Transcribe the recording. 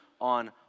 on